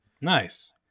nice